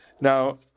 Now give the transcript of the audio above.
Now